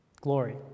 glory